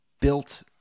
built